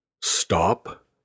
stop